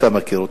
אתה מכיר אותו.